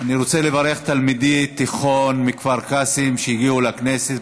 אני רוצה לברך תלמידי תיכון מכפר קאסם שהגיעו לכנסת.